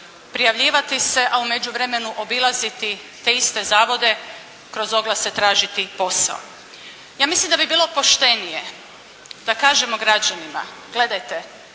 prijavljivati se a u međuvremenu obilaziti te iste zavode, kroz oglase tražiti posao. Ja mislim da bi bilo poštenije da kažemo građanima: gledajte,